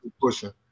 pushing